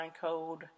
code